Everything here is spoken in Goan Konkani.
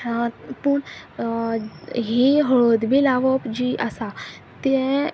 पूण ही हळद बी लावप जी आसा तें